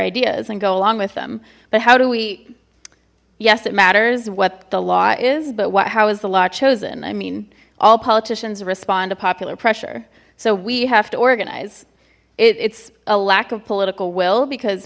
ideas and go along with them but how do we yes it matters what the law is but what how is the law chosen i mean all politicians respond to popular pressure so we have to organize it's a lack of political will because